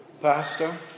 Pastor